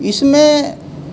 اس میں